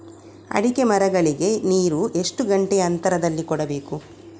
ಅಡಿಕೆ ಮರಗಳಿಗೆ ನೀರು ಎಷ್ಟು ಗಂಟೆಯ ಅಂತರದಲಿ ಕೊಡಬೇಕು?